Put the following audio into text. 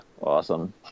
awesome